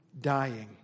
dying